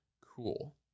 cool